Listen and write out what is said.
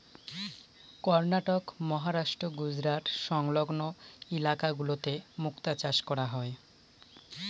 কর্ণাটক, মহারাষ্ট্র, গুজরাট সংলগ্ন ইলাকা গুলোতে মুক্তা চাষ করা হয়